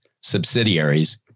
subsidiaries